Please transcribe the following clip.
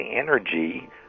energy